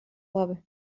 labi